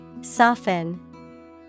Soften